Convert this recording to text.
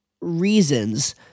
reasons